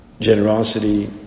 generosity